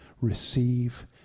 receive